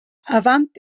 avant